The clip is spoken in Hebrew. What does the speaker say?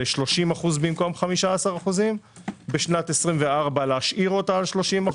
ל-30% במקום 15%, בשנת 24' להשאיר אותה על 30%,